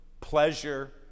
pleasure